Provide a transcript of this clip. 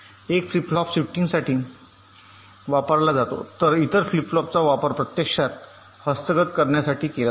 एक flip flop शिफ्टिंगसाठी वापरला जातो तर इतर फ्लिप फ्लॉपचा वापर प्रत्यक्षात हस्तगत करण्यासाठी केला जातो